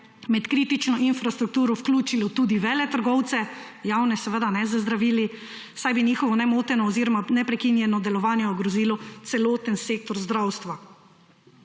med kritično infrastrukturo vključilo tudi javne veletrgovce z zdravili, saj bi njihovo moteno oziroma prekinjeno delovanje ogrozilo celoten sektor zdravstva.